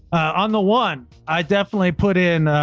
on the one i definitely put in,